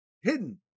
hidden